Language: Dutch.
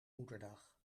moederdag